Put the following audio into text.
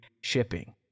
shipping